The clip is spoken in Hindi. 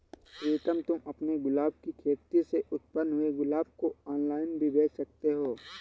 प्रीतम तुम अपने गुलाब की खेती से उत्पन्न हुए गुलाब को ऑनलाइन भी बेंच सकते हो